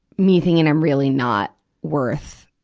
me thinking i'm really not worth